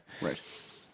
Right